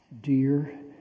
dear